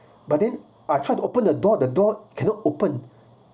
but then I try to open the door the door cannot open